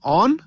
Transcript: on